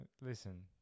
Listen